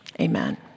Amen